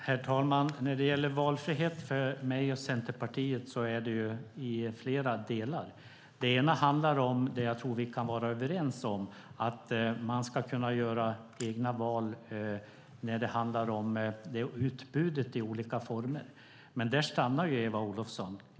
Herr talman! För mig och Centerpartiet finns det flera delar i valfriheten. Det handlar bland annat om något som jag tror att vi kan vara överens om, nämligen att man ska kunna göra egna val när det gäller utbudet i olika former. Där stannar Eva Olofsson.